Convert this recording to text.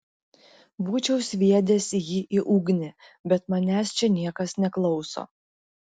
būčiau sviedęs jį į ugnį bet manęs čia niekas neklauso